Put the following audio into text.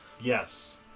Yes